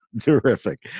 Terrific